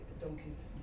donkeys